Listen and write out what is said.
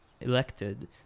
elected